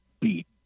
beat